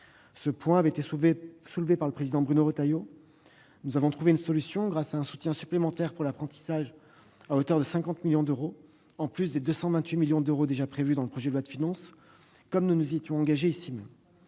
Ce point avait été soulevé par M. Bruno Retailleau. Nous avons trouvé une solution, grâce à un soutien supplémentaire à l'apprentissage à hauteur de 50 millions d'euros, en sus des 228 millions d'euros déjà prévus dans le projet de loi de finances, comme le Gouvernement s'y était engagé ici même.